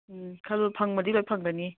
ꯎꯝ ꯈꯜꯂꯨ ꯐꯪꯕꯗꯤ ꯂꯣꯏ ꯐꯪꯒꯅꯤ